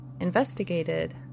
investigated